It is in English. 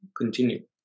continue